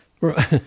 right